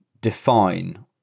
define